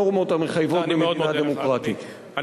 פוגע בנורמות המחייבות מדינה דמוקרטית.